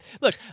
look